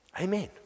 Amen